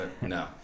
No